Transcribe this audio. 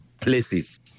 places